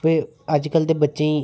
ते अज्जकल दे बच्चें ई